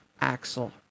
Axel